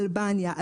אלבניה,